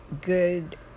good